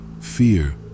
Fear